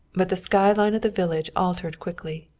but the sky line of the village altered quickly.